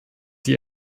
die